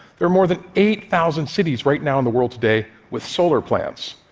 there are more than eight thousand cities right now in the world today with solar plants.